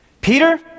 Peter